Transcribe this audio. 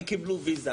והם קיבלו ויזה,